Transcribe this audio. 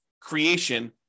creation